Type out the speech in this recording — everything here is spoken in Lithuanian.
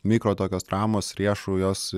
mikro tokios traumos riešų jos